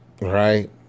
right